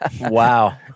Wow